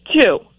Two